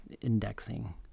indexing